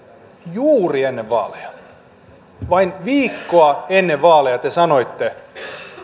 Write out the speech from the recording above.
juuri ennen vaaleja vain viikkoa ennen vaaleja te sanoitte